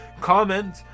comment